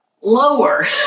lower